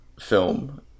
film